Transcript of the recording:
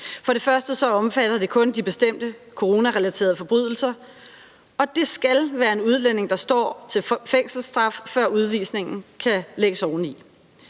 For det første omfatter det kun de bestemte coronarelaterede forbrydelser, og det skal være en udlænding, der står til fængselsstraf, før udvisningen kan lægges oveni.